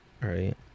right